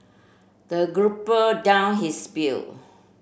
the group down his bill